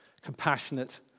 Compassionate